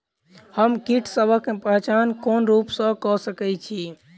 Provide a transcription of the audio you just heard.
हम कीटसबक पहचान कोन रूप सँ क सके छी?